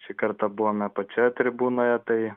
šį kartą buvome pačioje tribūnoje tai